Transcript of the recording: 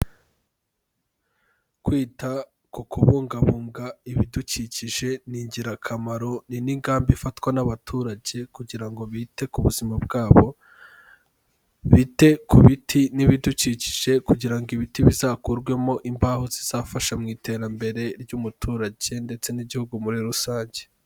Kwita ku kubungabunga ibidukikije ni ingirakamaro, ni n'ingamba ifatwa n'abaturage, kugira ngo bite ku buzima bwabo, bite ku biti n'ibidukikije kugira ngo ibiti bizakurwemo imbaho zizafasha mu iterambere ry'umuturage ndetse n'igihugu muri rusange.